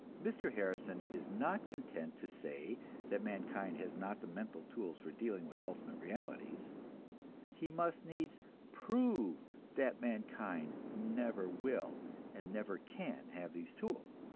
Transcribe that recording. mr. harrison is not content to say that mankind has not the mental tools for dealing with ultimate realities he must needs prove that mankind never will and never can have these tools,